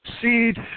Seed